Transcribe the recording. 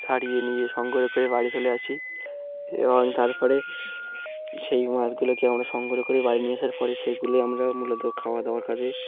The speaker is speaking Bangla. ছাড়িয়ে নিয়ে সংগ্রহ করে বাড়ি চলে আসি এবং তারপরে সেই মাছগুলোকে আমরা সংগ্রহ করেি বাড়ি নিয়ে আসার পরে সেগুলো আমরা মূলত খাওয়া দাওয়ার কাাজ